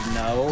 no